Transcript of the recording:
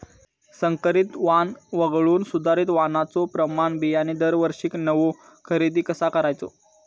संकरित वाण वगळुक सुधारित वाणाचो प्रमाण बियाणे दरवर्षीक नवो खरेदी कसा करायचो?